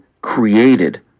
created